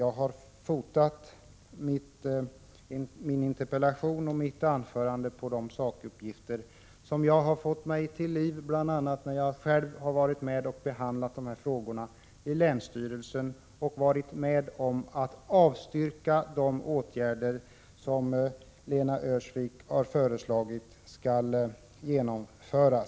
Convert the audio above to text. Jag har grundat min interpellation och mitt anförande på de sakuppgifter som jag har fått bl.a. när jag själv har varit med och behandlat dessa frågor i länsstyrelsen och när jag har varit med om att avstyrka de åtgärder som Lena Öhrsvik har föreslagit.